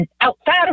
outside